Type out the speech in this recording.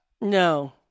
No